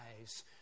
eyes